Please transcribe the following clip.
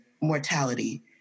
mortality